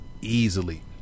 easily